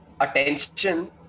Attention